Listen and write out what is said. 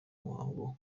muhango